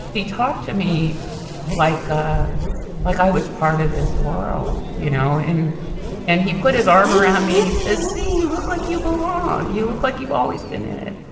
he talked to me like ah like i was part of this world, you know, and and he put his arm around me he says, see, you look like you belong you look like you've always been in it.